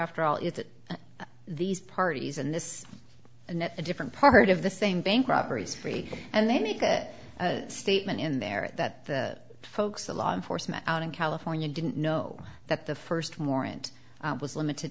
that these parties and this and that a different part of the same bank robberies free and they make a statement in there that the folks that law enforcement out in california didn't know that the st warrant was limited